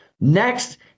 Next